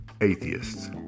atheists